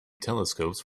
telescopes